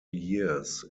years